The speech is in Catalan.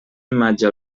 imatge